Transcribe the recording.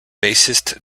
bassist